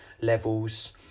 levels